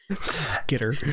Skitter